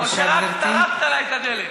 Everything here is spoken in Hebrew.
או שרק טרקת לה את הדלת?